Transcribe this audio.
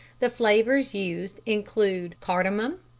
the flavours used include cardamom,